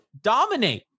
dominate